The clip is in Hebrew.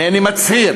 הנני מצהיר